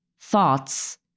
thoughts